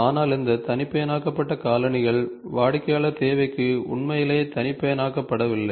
ஆனால் இந்த தனிப்பயனாக்கப்பட்ட காலணிகள் வாடிக்கையாளர் தேவைக்கு உண்மையிலேயே தனிப்பயனாக்கப்படவில்லை